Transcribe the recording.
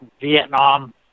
Vietnam